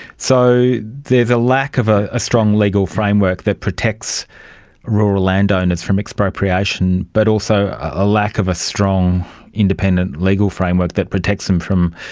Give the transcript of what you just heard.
so there is a lack of a a strong legal framework that protects rural landowners from expropriation, but also a lack of a strong independent legal framework that protects them from